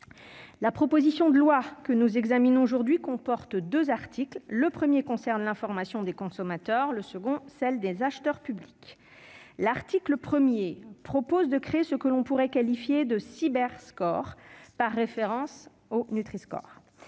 La proposition de loi que nous examinons aujourd'hui comporte deux articles, dont le premier concerne l'information des consommateurs, et le second celle des acheteurs publics. L'article 1 prévoit de créer un dispositif nommé Cyberscore, par référence au Nutriscore.